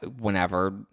whenever